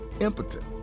impotent